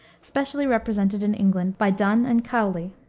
specially represented in england by donne and cowley.